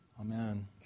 Amen